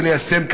וליישם,